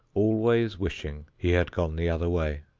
always wishing he had gone the other way.